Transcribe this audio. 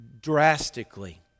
drastically